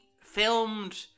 filmed